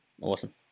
awesome